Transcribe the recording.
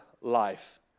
life